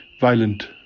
violent